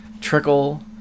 trickle